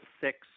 six